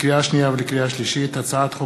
לקריאה שנייה ולקריאה שלישית: הצעת חוק